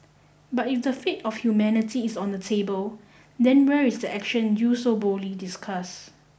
but if the fate of humanity is on the table then where is the action you so boldly discuss